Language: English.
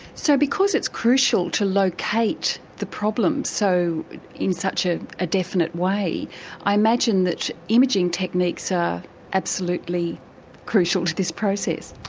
so because it's crucial to locate the problem so in such a ah definite way i imagine that imaging techniques are ah absolutely crucial to this process.